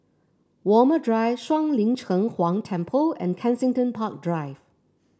Walmer Drive Shuang Lin Cheng Huang Temple and Kensington Park Drive